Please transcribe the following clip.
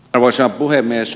arvoisa puhemies